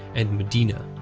and madinah.